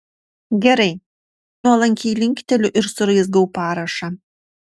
gerai nuolankiai linkteliu ir suraizgau parašą